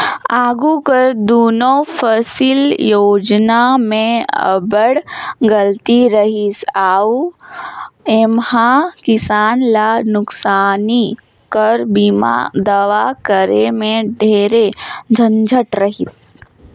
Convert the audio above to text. आघु कर दुनो फसिल योजना में अब्बड़ गलती रहिस अउ एम्हां किसान ल नोसकानी कर बीमा दावा करे में ढेरे झंझट रहिस